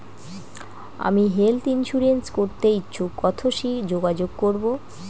আমি health insurance করতে ইচ্ছুক কথসি যোগাযোগ করবো?